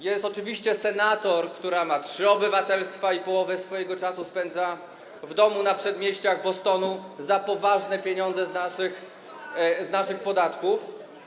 Jest oczywiście senator, która ma trzy obywatelstwa i połowę swojego czasu spędza w domu na przedmieściach Bostonu za poważne pieniądze z naszych podatków.